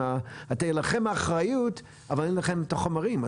עליכם האחריות אבל אין לכם את החומרים.